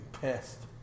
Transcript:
pissed